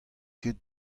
ket